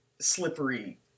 slippery